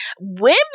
Women